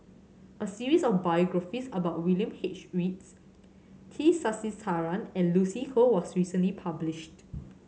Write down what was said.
a series of biographies about William H Reads T Sasitharan and Lucy Koh was recently published